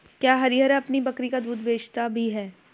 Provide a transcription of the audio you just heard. क्या हरिहर अपनी बकरी का दूध बेचता भी है?